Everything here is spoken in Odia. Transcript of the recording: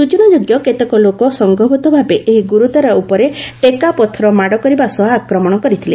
ସ୍ଟଚନାଯୋଗ୍ୟ କେତେକ ଲୋକ ସଂଘବଦ୍ଧ ଭାବେ ଏହି ଗୁର୍ଦ୍ୱାର ଉପରେ ଟେକା ପଥର ମାଡ଼ କରିବା ସହ ଆକ୍ରମଣ କରିଥିଲେ